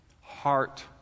heart